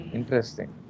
Interesting